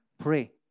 Pray